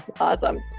Awesome